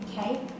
Okay